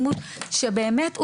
להכניס אותו באמת,